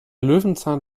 löwenzahn